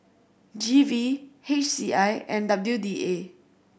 G V H C I and W D A